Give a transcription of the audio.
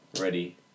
ready